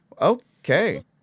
Okay